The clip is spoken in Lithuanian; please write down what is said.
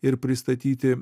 ir pristatyti